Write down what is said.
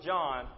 John